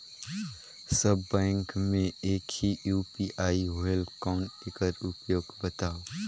सब bank मे एक ही यू.पी.आई होएल कौन एकर उपयोग बताव?